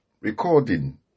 Recording